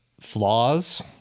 flaws